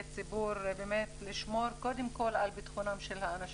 ציבור לשמור קודם כל על בטחונם של האנשים.